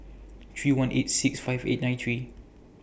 three one eight six five eight nine three